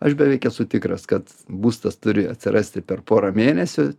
aš beveik esu tikras kad būstas turi atsirasti per pora mėnesių